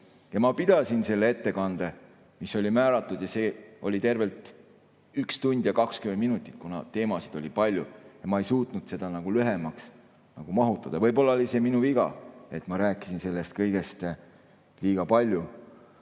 Ma pidasin selle ettekande, mis oli mulle määratud, see oli tervelt 1 tund ja 20 minutit, kuna teemasid oli palju. Ma ei suutnud seda lühemasse aega mahutada. Võib-olla oli see minu viga, et ma rääkisin sellest kõigest liiga palju,